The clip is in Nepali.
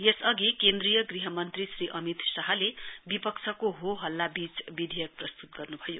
यसअघि केन्द्रीय गृह मन्त्री श्री अमित शाहले विपक्षको होहल्लाबीच विधेयक पस्तुत गर्नुभयो